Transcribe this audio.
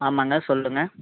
ஆமாம்ங்க சொல்லுங்கள்